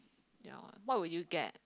ya what would you get